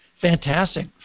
Fantastic